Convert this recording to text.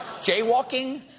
Jaywalking